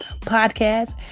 podcast